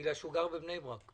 בגלל שהוא גר בבני ברק.